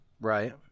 Right